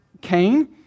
Cain